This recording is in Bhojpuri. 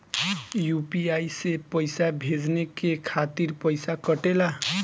यू.पी.आई से पइसा भेजने के खातिर पईसा कटेला?